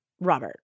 Robert